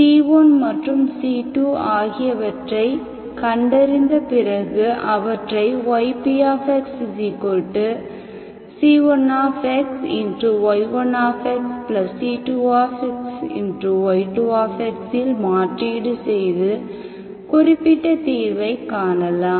c1 மற்றும் c2 ஆகியவற்றை கண்டறிந்த பிறகு அவற்றை ypxc1xy1c2y2 இல் மாற்றீடு செய்து குறிப்பிட்ட தீர்வைக் காணலாம்